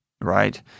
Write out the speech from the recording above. right